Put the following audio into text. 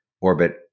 orbit